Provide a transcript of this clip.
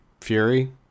Fury